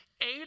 Eight